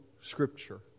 Scripture